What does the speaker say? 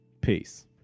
Peace